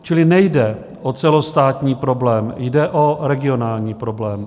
Čili nejde o celostátní problém, jde o regionální problém.